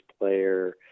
player